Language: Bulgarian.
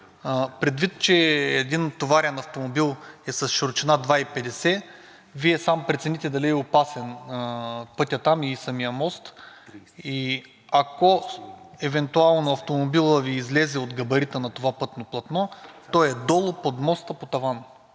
предвид че един товарен автомобил е с широчина 2,50, Вие сам преценете дали е опасен пътят там и самият мост. Ако евентуално автомобилът Ви излезе от габарита на това пътно платно, то е долу под моста по таван.